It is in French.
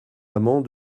amant